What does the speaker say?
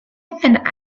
and